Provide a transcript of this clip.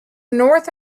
north